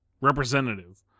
Representative